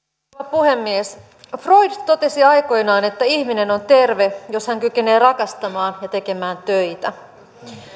puhemies freud totesi aikoinaan että ihminen on terve jos hän kykenee rakastamaan ja tekemään töitä